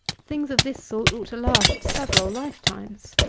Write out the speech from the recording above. things of this sort ought to last several lifetimes.